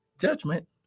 judgment